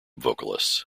vocalists